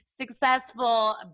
successful